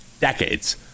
decades